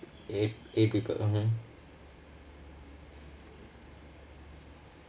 eight eight people mmhmm